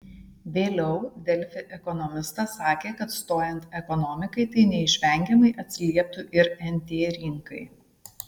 vėliau delfi ekonomistas sakė kad stojant ekonomikai tai neišvengiamai atsilieptų ir nt rinkai